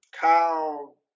Kyle